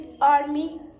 army